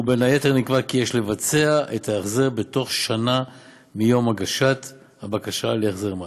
ובין היתר נקבע כי יש לבצע את ההחזר בתוך שנה מיום הגשת הבקשה להחזר מס.